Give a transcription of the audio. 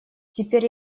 теперь